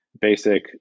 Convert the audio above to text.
basic